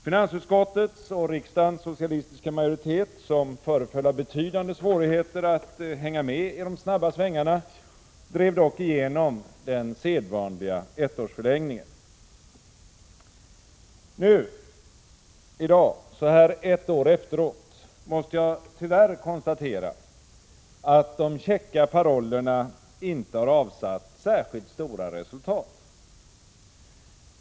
Finansutskottets och riksdagens socialistiska majoritet, som föreföll ha betydande svårigheter att hänga med i de snabba svängarna, drev dock igenom den sedvanliga ettårsförlängningen. Nu, så här ett år efteråt, måste jag tyvärr konstatera att de käcka parollerna inte har avsatt särskilt stora resultat.